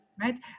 Right